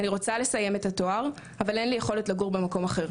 אני רוצה לסיים את התואר אבל אין לי יכולת לגור במקום אחר.